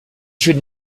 should